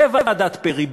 בוועדת פרי,